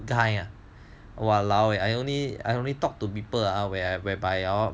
die ah !walaoeh! I only I only talked to people ah whereby hor